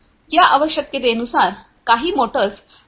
या आवश्यकतेनुसार काही मोटर्स कमी क्षमतेच्या असू शकतात